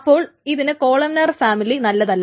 അപ്പോൾ ഇതിന് columnar family നല്ലതല്ല